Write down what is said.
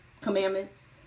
commandments